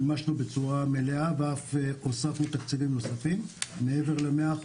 מימשנו בצורה מלאה ואף הוספנו תקציבים נוספים מעבר ל-100%.